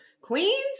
Queens